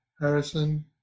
Harrison